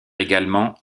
également